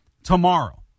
Tomorrow